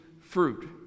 fruit